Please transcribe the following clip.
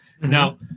Now